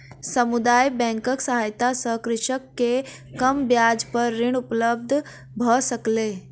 समुदाय बैंकक सहायता सॅ कृषक के कम ब्याज पर ऋण उपलब्ध भ सकलै